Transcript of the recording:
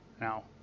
Now